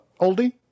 oldie